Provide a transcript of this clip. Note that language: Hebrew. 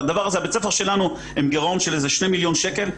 בית הספר שלנו עם גירעון של שני מיליון שקל,